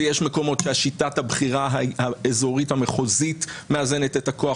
ויש מקומות ששיטת הבחירה האזורית המחוזית מאזנת את הכוח.